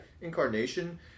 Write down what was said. incarnation